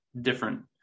different